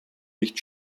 nicht